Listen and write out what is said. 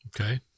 Okay